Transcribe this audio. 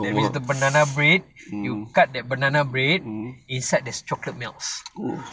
that means the banana bread you cut that banana bread inside there is chocolate melts